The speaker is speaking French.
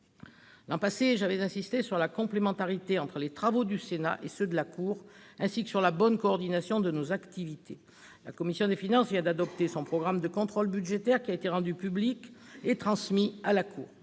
L'an passé, j'avais insisté sur la complémentarité entre les travaux du Sénat et ceux de la Cour des comptes, ainsi que sur la bonne coordination de nos activités. La commission des finances vient d'adopter son programme de contrôle budgétaire, qui a été rendu public et transmis à la Cour.